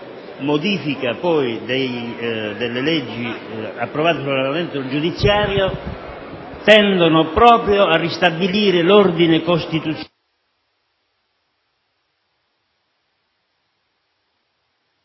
modifica delle leggi approvate sull'ordinamento giudiziario tendono proprio a ristabilire l'ordine costituzionale...